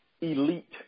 Elite